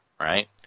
right